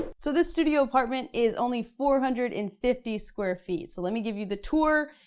so this studio apartment is only four hundred and fifty square feet, so let me give you the tour.